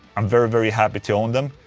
i'm very very happy to own them.